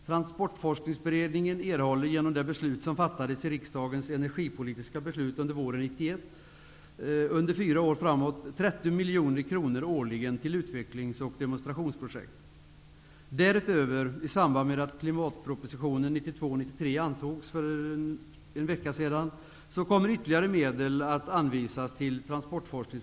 Transportforskningsberedningen erhåller genom det beslut som fattades i riksdagens energipolitiska beslut våren 1991 under fyra år 30 miljoner kronor årligen till utvecklings och demonstrationsprojekt. Därutöver kommer, i och med att klimatpropositionen 1992/93 antogs för en vecka sedan, ytterligare medel att anvisas till Herr talman!